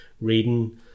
reading